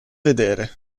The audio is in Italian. vedere